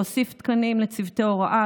להוסיף תקנים לצוותי הוראה,